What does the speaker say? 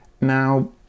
Now